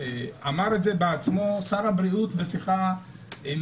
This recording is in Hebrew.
אמר את זה בעצמו שר הבריאות בשיחה עם